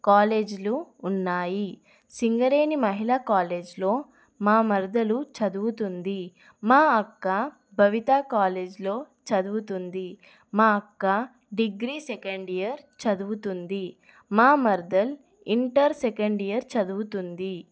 కాలేజ్లు ఉన్నాయి సింగరేణి మహిళా కాలేజ్లో మా మరదలు చదువుతుంది మా అక్క భవిత కాలేజ్లో చదువుతుంది మా అక్క డిగ్రీ సెకండ్ ఇయర్ చదువుతుంది మా మరదలు ఇంటర్ సెకండ్ ఇయర్ చదువుతుంది